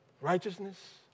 Righteousness